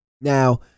Now